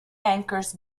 anchors